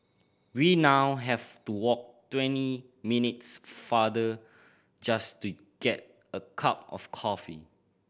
we now have to walk twenty minutes farther just to get a cup of coffee